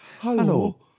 Hello